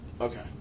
Okay